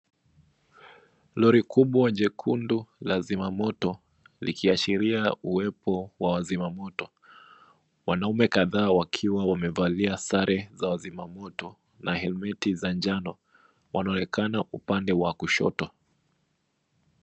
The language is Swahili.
Ndio ni kubwa jekundu lazima moto likiashiria uwepo wa wazima moto. Wanaume kadhaa wakiwa wamevalia sare za wazima moto na helmeti za njano wanaonekana upande wa kushoto.